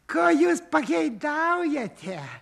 ko jūs pageidaujate